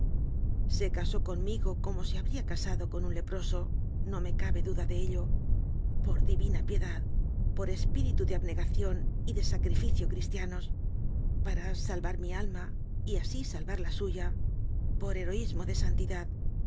casó conmigo como se habría casado con un leproso no me cabe duda de ello por di vina piedad por espíritu de abnegación y de sacrificio cristianos para salvar mi alma y así salvar la suya por heroísmo de santidad